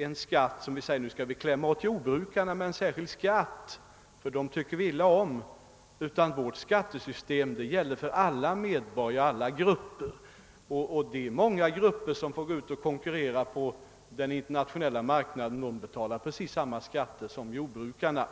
någon särskild skatt som innebär att vi klämmer åt jordbrukarna därför att vi skulle tycka illa om dem. Vårt skattesystem avser alla medborgare och grupper, och många grupper får konkurrera på den internationella marknaden och de betalar då precis samma skatter som jordbrukarna.